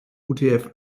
utf